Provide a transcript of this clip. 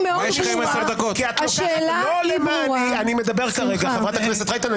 אני עונה לך למה קטעתי אותך.